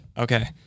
Okay